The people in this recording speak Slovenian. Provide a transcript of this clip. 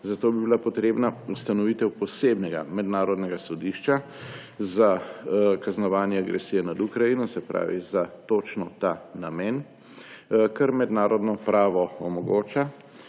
zato bi bila potrebna ustanovitev posebnega mednarodnega sodišča za kaznovanje agresije nad Ukrajino, se pravi za točno ta namen, kar mednarodno pravo omogoča.